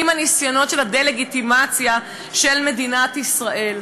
עם הניסיונות לדה-לגיטימציה של מדינת ישראל.